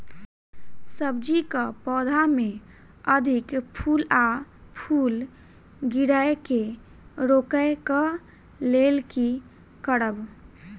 सब्जी कऽ पौधा मे अधिक फूल आ फूल गिरय केँ रोकय कऽ लेल की करब?